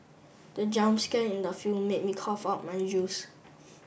the jump scare in the film made me cough out my juice